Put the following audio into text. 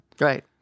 Right